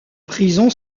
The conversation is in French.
prison